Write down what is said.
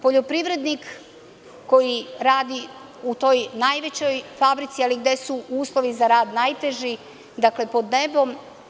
Poljoprivrednik koji radi u toj najvećoj fabrici, ali gde su uslovi za rad najteži, pod nebom.